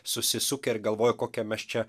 susisukę ir galvojo kokie mes čia